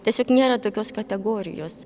tiesiog nėra tokios kategorijos